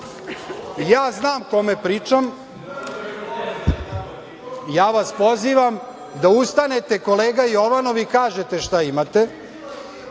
znam kome pričam. Ja vas pozivam da ustanete kolega Jovanov i kažete šta imate,